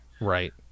Right